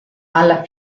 alla